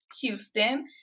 Houston